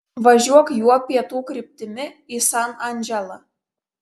važiuok juo pietų kryptimi į san andželą